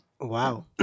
Wow